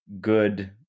good